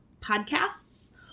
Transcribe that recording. Podcasts